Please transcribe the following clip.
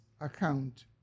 account